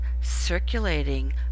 Circulating